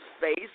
face